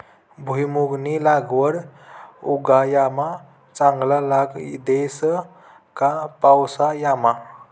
भुईमुंगनी लागवड उंडायामा चांगला लाग देस का पावसाळामा